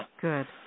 Good